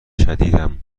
شدیدم